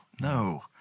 No